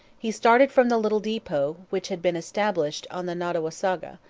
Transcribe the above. he started from the little depot which had been established on the nottawasaga,